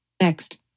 Next